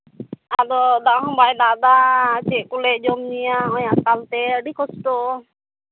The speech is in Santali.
ᱟᱫᱚ ᱫᱟᱜ ᱦᱚᱸ ᱵᱟᱭ ᱫᱟᱜ ᱮᱫᱟ ᱟᱨ ᱪᱮᱫ ᱠᱚᱞᱮ ᱡᱚᱢᱼᱧᱩᱭᱟ ᱱᱚᱜᱼᱚᱭ ᱟᱠᱟᱞ ᱛᱮ ᱟᱹᱰᱤ ᱠᱚᱥᱴᱚ